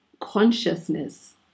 consciousness